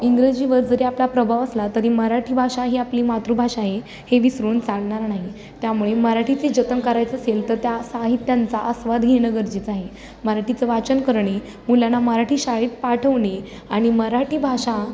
इंग्रजीवर जरी आपला प्रभाव असला तरी मराठी भाषा ही आपली मातृभाषा आहे हे विसरून चालणार नाही त्यामुळे मराठीचे जतन करायचं असेल तर त्या साहित्यांचा आस्वाद घेणं गरजेचं आहे मराठीचं वाचन करणे मुलांना मराठी शाळेत पाठवणे आणि मराठी भाषा